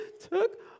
took